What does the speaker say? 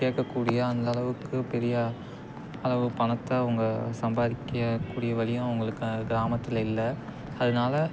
கேட்கக்கூடிய அந்த அளவுக்கு பெரிய அளவு பணத்தை அவங்க சம்பாதிக்க கூடிய வழியும் அவங்களுக்கு கிராமத்தில் இல்லை அதனால